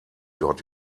dort